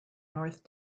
north